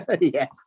Yes